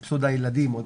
סיבסוד ההורים.